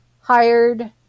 hired